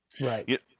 right